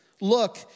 Look